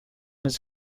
his